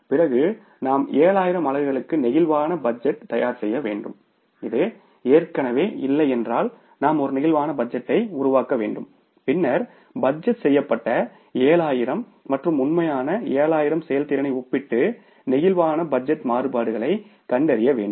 பிறகு நாம் 7000 அலகுகளுக்கு பிளேக்சிபிள் பட்ஜெட் தயார்செய்யவேண்டும் இது ஏற்கனவே இல்லை என்றால் நாம் ஒரு பிளேக்சிபிள் பட்ஜெட்டை உருவாக்க வேண்டும் பின்னர் பட்ஜெட் செய்யப்பட்ட 7000 மற்றும் உண்மையான 7000 செயல்திறனை ஒப்பிட்டு பிளேக்சிபிள் பட்ஜெட் மாறுபாடுகளைக் கண்டறிய வேண்டும்